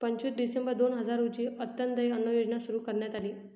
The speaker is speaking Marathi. पंचवीस डिसेंबर दोन हजार रोजी अंत्योदय अन्न योजना सुरू करण्यात आली